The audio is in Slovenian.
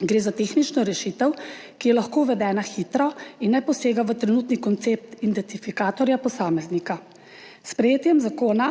Gre za tehnično rešitev, ki je lahko uvedena hitro in ne posega v trenutni koncept identifikatorja posameznika. S sprejetjem zakona